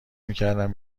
میکردم